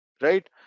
right